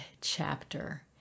chapter